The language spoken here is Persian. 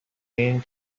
این